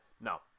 No